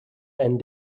and